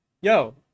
yo